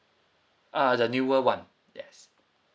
ah the newer one yes